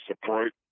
support